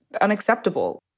unacceptable